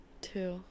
Two